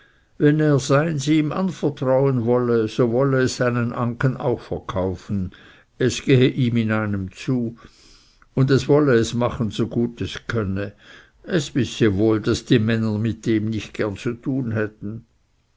wenn er seins ihm anvertrauen wolle so wolle es seinen anken auch verkaufen es gehe ihm in einem zu und es wolle es machen so gut es könne es wisse wohl daß die männer mit dem nicht gerne zu tun hätten